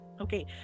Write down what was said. okay